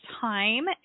time